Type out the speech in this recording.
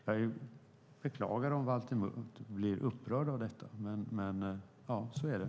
Jag beklagar om Valter Mutt blir upprörd av detta, men så är det.